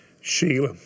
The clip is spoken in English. Sheila